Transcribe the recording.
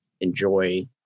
enjoy